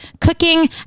cooking